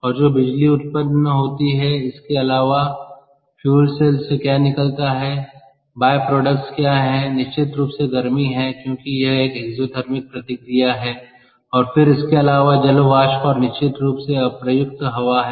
और जो बिजली उत्पन्न होती है उसके अलावा फ्यूल सेल से क्या निकलता है बायप्रोडक्ट्स क्या है निश्चित रूप से गर्मी है क्योंकि यह एक एक्ज़ोथिर्मिक प्रतिक्रिया है और फिर इसके अलावा जल वाष्प और निश्चित रूप से अप्रयुक्त हवा है